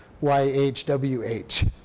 Y-H-W-H